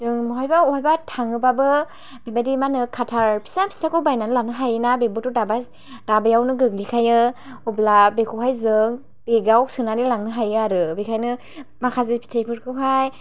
जों बहायबा बहायबा थाङोबाबो बेबायदि मा होनो काटार फिसा फिसाखौ बायनानै लानो हायोना बेबोथ' दाबा दाबायावनो गोग्लैखायो अब्ला बेखौहाय जों बेगाव सोनानै लांनो हायो आरो बेखायनो माखासे फिथायफोरखौहाय